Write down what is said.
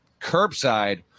curbside